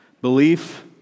Belief